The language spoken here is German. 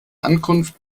ankunft